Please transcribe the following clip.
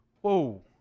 whoa